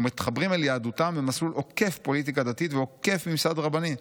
ומתחברים אל יהדותם במסלול עוקף פוליטיקה דתית ועוקף ממסד רבני,